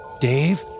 Dave